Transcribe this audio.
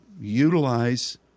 utilize